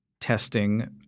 testing